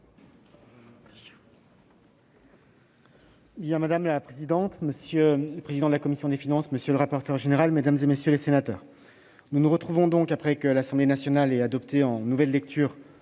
Madame la présidente, monsieur le président de la commission, monsieur le rapporteur général, mesdames, messieurs les sénateurs, nous nous retrouvons donc après que l'Assemblée nationale a adopté en nouvelle lecture